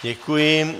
Děkuji.